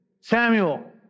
Samuel